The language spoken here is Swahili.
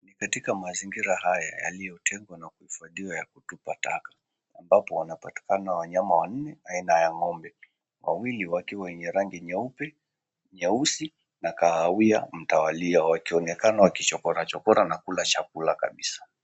Ni katika mazingira haya yaliyotengwa na kuhifadhiwa ya kutupa taka, ambapo wanapatikana wanyama wanne aina ya ng'ombe, wawili wakiwa wenye rangi nyeupe, nyeusi na kahawia mtawalia, wakionekana wakichokora chokora na kula chakula kabisa.